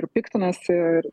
ir piktinasi ir